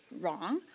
wrong